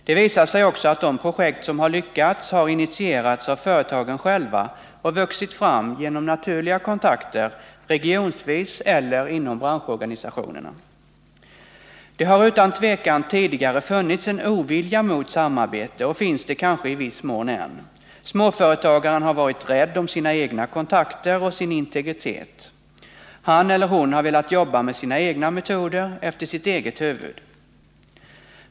Det visar sig också att de projekt som har lyckats har initierats av företagen själva och vuxit fram genom naturliga kontakter, regionsvis eller i branschorganisationer. Det har utan tvivel tidigare funnits en ovilja mot samarbete och finns det kanske i viss mån än. Småföretagaren har varit rädd om sina egna kontakter och sin integritet. Han eller hon har velat jobba med sina egna metoder, efter sitt eget huvud.